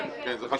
כן, כן, זה חשוב.